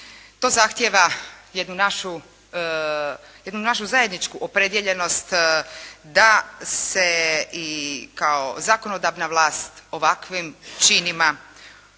To zahtjeva jednu našu zajedničku opredijeljenost da se i kao zakonodavna vlast ovakvim činima, ovakvom